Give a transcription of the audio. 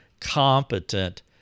competent